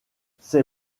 ses